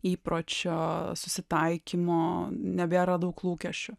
įpročio susitaikymo nebėra daug lūkesčio